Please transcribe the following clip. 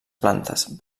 plantes